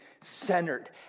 centered